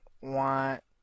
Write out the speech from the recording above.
want